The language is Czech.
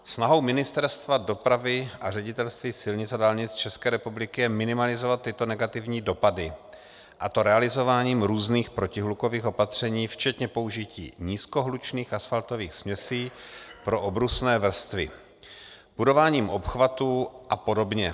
Snahou Ministerstva dopravy a Ředitelství silnic a dálnic České republiky je minimalizovat tyto negativní dopady, a to realizováním různých protihlukových opatření včetně použití nízkohlučných asfaltových směsí pro obrusné vrstvy, budováním obchvatu a podobně.